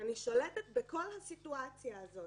אני שולטת בכל הסיטואציה הזאת.